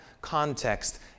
context